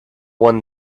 one